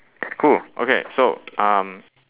cool okay so um